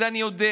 את זה אני יודע,